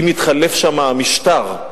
אם התחלף שם המשטר,